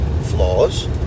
flaws